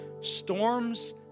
Storms